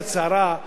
גם בשביל הקואליציה,